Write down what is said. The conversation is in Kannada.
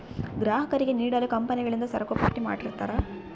ಗ್ರಾಹಕರಿಗೆ ನೀಡಲು ಕಂಪನಿಗಳಿಂದ ಸರಕುಪಟ್ಟಿ ಮಾಡಿರ್ತರಾ